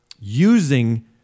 using